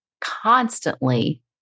constantly